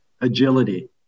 agility